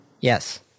Yes